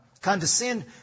condescend